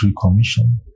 Commission